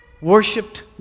worshipped